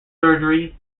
surgery